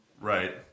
Right